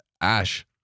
Ash